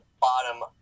bottom